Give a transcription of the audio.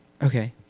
Okay